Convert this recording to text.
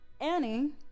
Annie